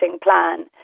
plan